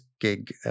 gig